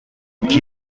qui